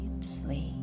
sleep